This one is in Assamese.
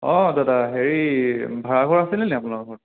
অঁ দাদা হেৰি ভাড়াঘৰ আছিলেনি আপোনালোকৰ ঘৰত